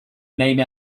name